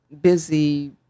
busy